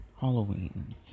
Halloween